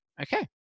okay